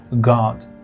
God